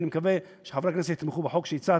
אני מקווה שחברי הכנסת יתמכו בחוק שהצעתי.